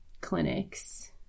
clinics